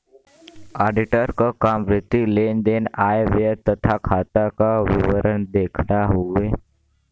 auditor क काम वित्तीय लेन देन आय व्यय तथा खाता क विवरण देखना हउवे